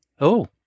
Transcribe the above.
Oh